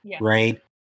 right